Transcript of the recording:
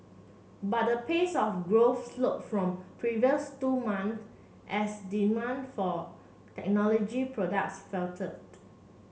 but the pace of growth slowed from the previous two months as demand for technology products